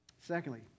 Secondly